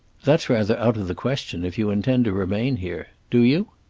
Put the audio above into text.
that's rather out of the question, if you intend to remain here. do you?